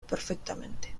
perfectamente